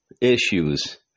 issues